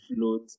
float